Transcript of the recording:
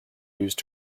used